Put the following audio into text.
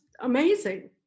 amazing